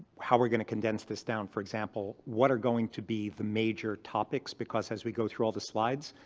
how we're going to condense this down. for example, what are going to be the major topics? because as we go through all the slides,